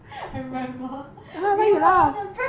I remember we were on a break